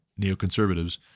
neoconservatives